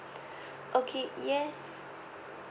okay yes